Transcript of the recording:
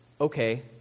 okay